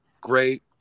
great